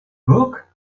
book